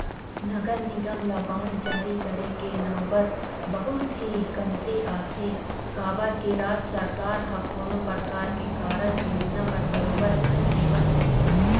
नगर निगम ल बांड जारी करे के नउबत बहुत ही कमती आथे काबर के राज सरकार ह कोनो परकार के कारज योजना बर बरोबर फंड देवत रहिथे